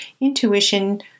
Intuition